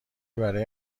برای